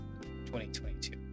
2022